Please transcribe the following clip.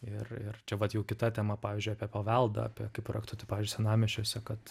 ir ir čia vat jau kita tema pavyzdžiui apie paveldą apie kaip projektuoti pavyzdžiui senamiesčiuose kad